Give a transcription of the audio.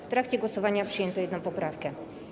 W trakcie głosowania przyjęto jedną poprawkę.